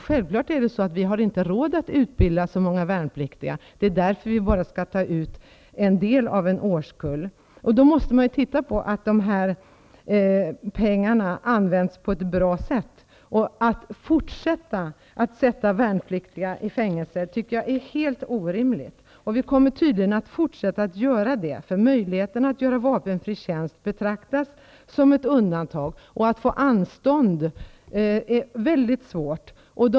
Självfallet har vi inte råd att utbilda så många värnpliktiga. Därför skall vi bara ta ut en del av årskullen. Men då måste vi se till att pengarna används på ett bra sätt. Att fortsätta att sätta värnpliktiga i fängelse är helt orimligt. Vi kommer tydligen att fortsätta att göra det, för möjligheten för att göra vapenfritjänst betraktas som undantag. Att få anstånd är väldigt svårt.